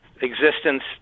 existence